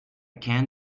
can